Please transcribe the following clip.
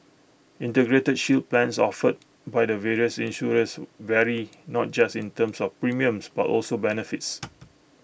integrated shield plans offered by the various insurers vary not just in terms of premiums but also benefits